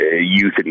youth